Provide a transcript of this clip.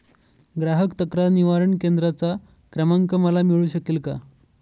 ग्राहक तक्रार निवारण केंद्राचा क्रमांक मला मिळू शकेल का?